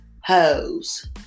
hoes